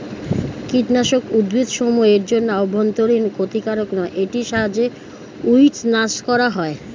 কীটনাশক উদ্ভিদসমূহ এর জন্য অভ্যন্তরীন ক্ষতিকারক নয় এটির সাহায্যে উইড্স নাস করা হয়